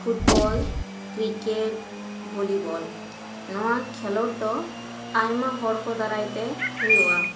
football cricket volleyball ᱱᱚᱣᱟ ᱠᱷᱮᱞᱳᱰ ᱫᱚ ᱟᱭᱢᱟ ᱦᱚᱲ ᱠᱚ ᱫᱟᱨᱟᱭ ᱛᱮ ᱦᱩᱭᱩᱜᱼᱟ